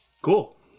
Cool